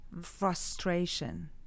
frustration